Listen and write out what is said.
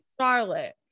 Charlotte